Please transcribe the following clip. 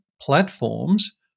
platforms